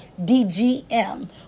DGM